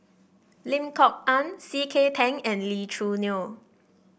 Lim Kok Ann C K Tang and Lee Choo Neo